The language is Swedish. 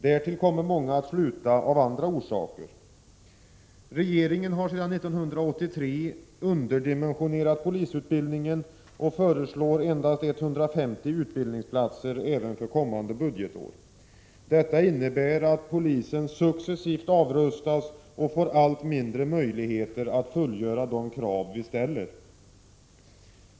Dessutom kommer många att sluta av andra orsaker. Regeringen har sedan 1983 underdimensionerat polisutbildningen och föreslår endast 150 utbildningsplatser även för kommande budgetår. Detta innebär att polisen successivt avrustas och får allt mindre möjligheter att fullgöra de krav vi ställer.